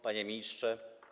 Panie Ministrze!